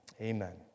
Amen